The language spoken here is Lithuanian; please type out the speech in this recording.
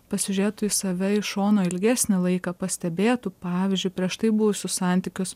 pasižiūrėtų į save iš šono ilgesnį laiką pastebėtų pavyzdžiui prieš tai buvusius santykius